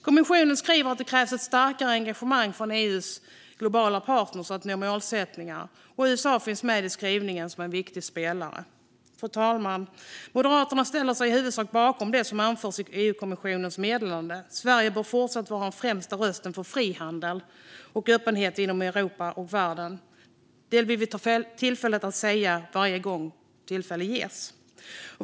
Kommissionen skriver att det krävs ett starkare engagemang från EU:s globala partner för att nå målsättningarna, och USA finns med i skrivningen som viktig spelare. Fru talman! Moderaterna ställer sig i huvudsak bakom det som anförs i EU-kommissionens meddelande. Sverige bör fortsatt vara den främsta rösten för frihandel och öppenhet inom Europa och världen. Detta vill vi säga varje gång tillfälle ges.